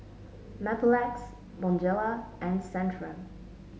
Mepilex Bonjela and Centrum